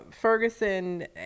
Ferguson